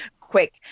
quick